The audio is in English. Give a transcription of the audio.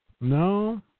No